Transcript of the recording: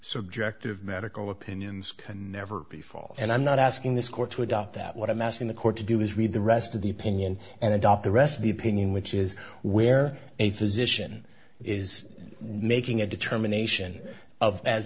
subjective medical opinions can never be full and i'm not asking this court to adopt that what i'm asking the court to do is read the rest of the opinion and adopt the rest of the opinion which is where a physician is making a determination